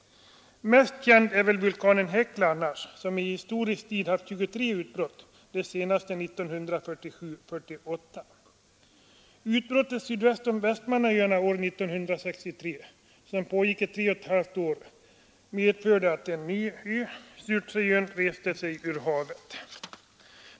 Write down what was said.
Mest känd är väl vulkanen Hekla som i historisk tid haft 23 utbrott, det senaste 1947—1948. Utbrottet sydväst om Västmannaöarna 1963, som pågick i tre och ett halvt år, medförde att en ny ö, Surtsey, reste sig ur havet.